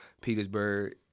Petersburg